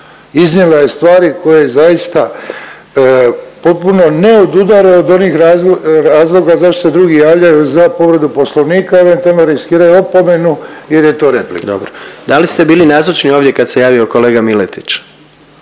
Iznijela je stvari koje zaista potpuno ne odudaraju od onih razloga zašto se drugi javljaju za povredu Poslovnika i eventualno riskiraju opomenu jer je to replika. **Jandroković, Gordan (HDZ)** Dobro. Da li ste bili nazočni ovdje kad se javio kolega Miletić?